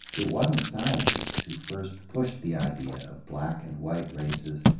it wasn't scientists who first pushed the idea of black and white races,